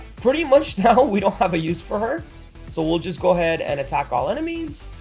pretty much now we don't have a use for her so we'll just go ahead and attack all enemies